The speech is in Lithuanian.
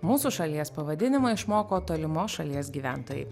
mūsų šalies pavadinimą išmoko tolimos šalies gyventojai